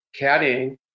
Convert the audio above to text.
caddying